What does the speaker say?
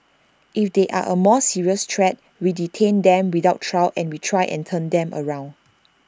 if they are A more serious threat we detain them without trial and we try and turn them around